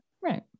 Right